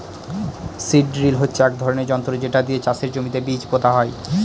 seed drill হচ্ছে এক ধরনের যন্ত্র যেটা দিয়ে চাষের জমিতে বীজ পোতা হয়